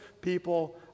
people